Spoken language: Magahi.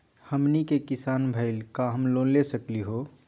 हमनी के किसान भईल, का हम लोन ले सकली हो?